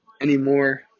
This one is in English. anymore